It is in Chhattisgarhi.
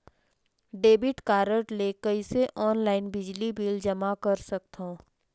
डेबिट कारड ले कइसे ऑनलाइन बिजली बिल जमा कर सकथव?